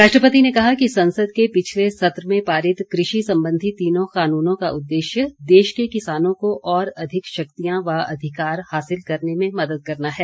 राष्ट्रपति ने कहा कि संसद के पिछले सत्र में पारित कृषि संबंधी तीनों कानूनों का उद्देश्य देश के किसानों को और अधिक शक्तियां व अधिकार हासिल करने में मदद करना है